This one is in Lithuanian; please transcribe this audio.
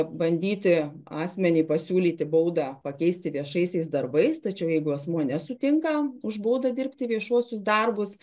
bandyti asmeniui pasiūlyti baudą pakeisti viešaisiais darbais tačiau jeigu asmuo nesutinka už baudą dirbti viešuosius darbus